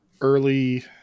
early